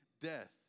death